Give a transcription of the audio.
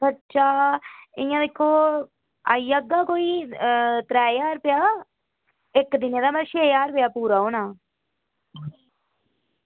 खर्चा इ'यां दिक्खो आई जाह्गा कोई त्रै ज्हार रपेआ इक्क दिन दा में छे ज्हार रपेआ पूरा होना